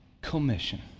commission